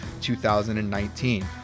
2019